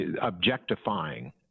objectifying